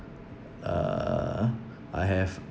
uh I have